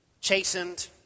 Chastened